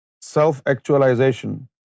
self-actualization